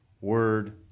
word